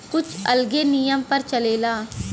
कुछ अलगे नियम पर चलेला